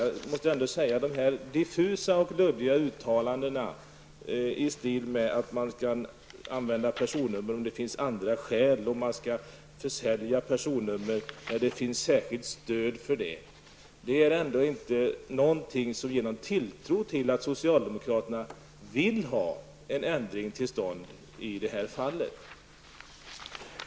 Jag måste säga att de diffusa och luddiga uttalanden i stil med att man kan använda personnummer om det finns andra skydd och att man skall försälja personnummer onärdet finns särskilt stöd för det inte ger någon tilltro till att socialdemokraterna vill ha en ändring till stånd i det här fallet.